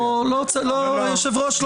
היושב-ראש,